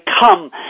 come